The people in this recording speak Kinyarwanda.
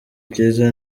cyiza